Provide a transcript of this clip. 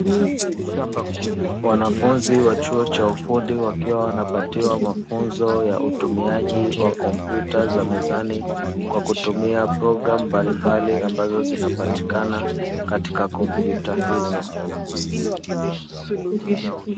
Wanafunzi wa chuo cha ufundi wakiwa wanapatiwa mafunzo ya utumiaji wa kompyuta za mezani kwa kutumia programu mbalimbali, ambazo zinazopatikana katika kompyuta hizo.